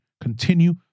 continue